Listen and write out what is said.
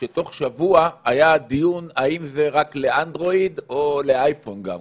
שתוך שבוע היה דיון האם זה רק לאנרואיד או לאייפון גם כבר,